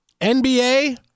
NBA